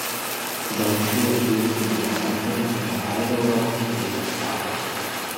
dėl šių atlyginimų garantijų yra aibė europos tarybos aktų